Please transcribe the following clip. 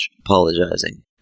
apologizing